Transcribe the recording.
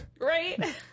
Right